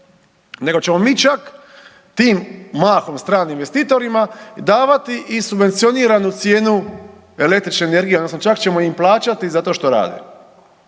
nego ćemo mi čak tim mahom stranim investitorima davati i subvencioniranu cijenu električne energije odnosno čak ćemo im plaćati zato što rade.